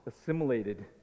assimilated